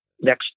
next